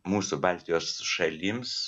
mūsų baltijos šalims